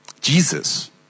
Jesus